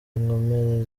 inkomere